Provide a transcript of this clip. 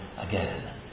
again